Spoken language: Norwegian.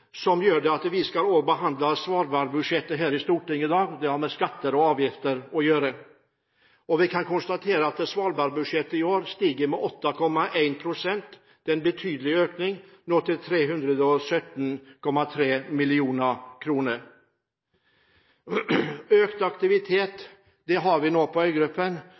som gjør at vi også skal behandle svalbardbudsjettet her i Stortinget i dag. Det har med skatter og avgifter å gjøre. Vi kan konstatere at svalbardbudsjettet i år stiger med 8,1 pst. Det er en betydelig økning – til 317,3 mill. kr. Vi har nå økt aktivitet på øygruppen,